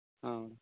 ହଁ